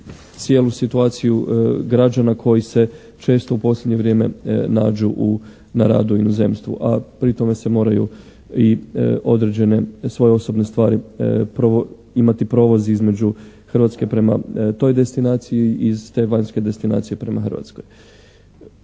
cijelu situaciju građana koji se često u posljednje vrijeme nađu na radu u inozemstvu, a pri tome se moraju i određene svoje osobne stvari, imati prolaz između Hrvatske prema toj destinaciji i iz te vanjske destinacije prema Hrvatskoj.